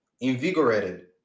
invigorated